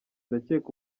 ndakeka